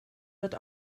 wird